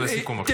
לסיכום, בבקשה.